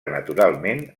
naturalment